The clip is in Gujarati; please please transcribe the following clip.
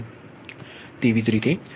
તેવી જ રીતે Y23Y22 જે 35